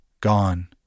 gone